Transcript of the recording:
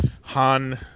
han